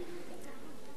עם היסטוריה.